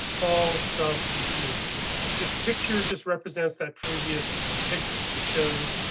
all some and few this picture just represents that previous picture shows.